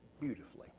beautifully